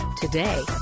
today